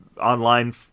online